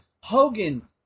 Hogan